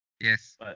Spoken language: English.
Yes